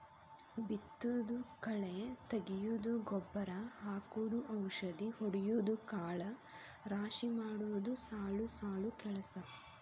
ಬಿತ್ತುದು ಕಳೆ ತಗಿಯುದು ಗೊಬ್ಬರಾ ಹಾಕುದು ಔಷದಿ ಹೊಡಿಯುದು ಕಾಳ ರಾಶಿ ಮಾಡುದು ಸಾಲು ಸಾಲು ಕೆಲಸಾ